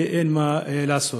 ואין מה לעשות.